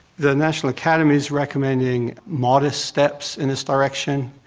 the national academy is recommending modest steps in this direction,